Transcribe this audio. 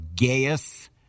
Gaius